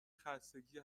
خستگی